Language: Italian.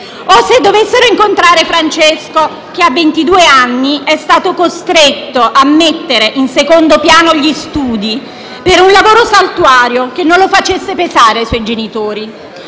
o se dovessero incontrare Francesco, che a ventidue anni è stato costretto a mettere in secondo piano gli studi per un lavoro saltuario che non lo facesse pesare sui suoi genitori;